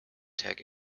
tech